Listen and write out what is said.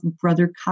Brother